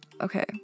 Okay